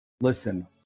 Listen